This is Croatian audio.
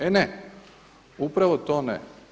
E ne, upravo to ne.